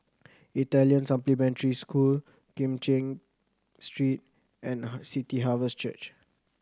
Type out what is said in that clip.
Italian Supplementary School Kim Cheng Street and City Harvest Church